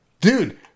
dude